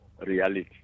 reality